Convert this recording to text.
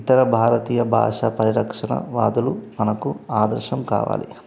ఇతర భారతీయ భాష పరిరక్షణ వాదులు మనకు ఆదర్శం కావాలి